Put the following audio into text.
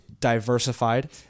diversified